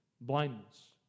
blindness